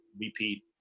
repeat